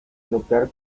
nuclear